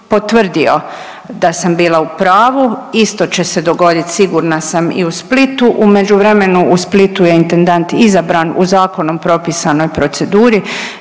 potvrdio da sam bila u pravu, isto će se dogodit sigurna sam i u Splitu. U međuvremenu u Splitu je intendant izabran u zakonom propisanoj proceduri,